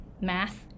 math